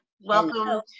Welcome